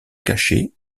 cachés